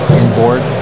inboard